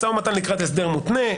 משא ומתן לקראת הסדר מותנה,